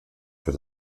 für